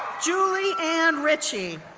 julie ann ritchie,